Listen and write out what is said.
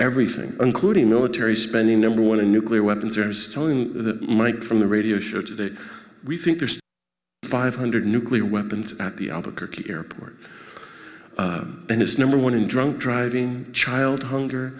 everything including military spending number one in nuclear weapons or mike from the radio show today we think there's five hundred nuclear weapons api albuquerque airport and it's number one in drunk driving child hunger